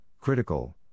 critical